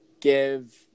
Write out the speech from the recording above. give